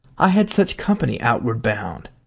i had such company outward bound.